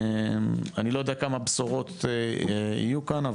אני לא יודע כמה בשורות יהיו כאן,